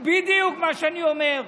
הוא בדיוק מה שאני אומר.